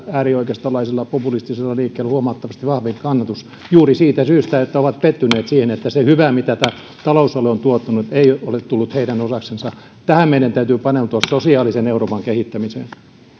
äärioikeistolaisella populistisella liikkeellä on huomattavasti vahvempi kannatus juuri siitä syystä että he ovat pettyneet siihen että se hyvä mitä tämä talousalue on tuottanut ei ole tullut heidän osaksensa tähän meidän täytyy paneutua sosiaalisen euroopan kehittämiseen